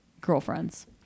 girlfriends